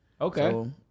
Okay